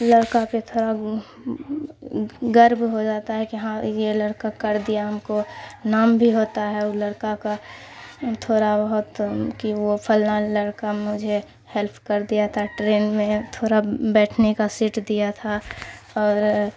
لڑکا بھی تھوڑا گرو ہو جاتا ہے کہ ہاں یہ لڑکا کر دیا ہم کو نام بھی ہوتا ہے وہ لڑکا کا تھوڑا بہت کہ وہ فلانا لڑکا مجھے ہیلپ کر دیا تھا ٹرین میں تھوڑا بیٹھنے کا سیٹ دیا تھا اور